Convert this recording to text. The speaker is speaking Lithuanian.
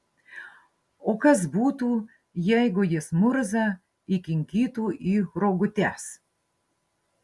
o kas būtų jeigu jis murzą įkinkytų į rogutes